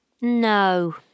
No